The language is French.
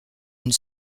une